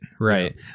right